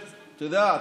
אתה יודע,